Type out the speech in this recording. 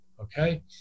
okay